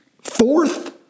fourth